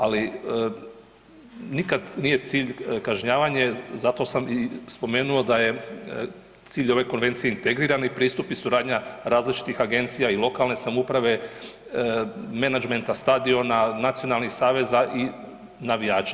Ali nikad nije cilj kažnjavanje, zato sam i spomenuo da je cilj ove konvencije integrirani pristup i suradnja različitih agencija i lokalne samouprave, menadžmenta stadiona, nacionalnih saveza i navijača.